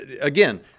again